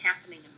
happening